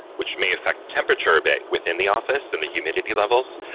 which may affect temperature a bit within the office and the humidity levels.